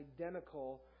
identical